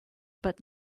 but